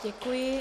Děkuji.